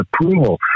approval